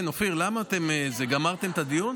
כן, אופיר, למה אתם, גמרתם את הדיון?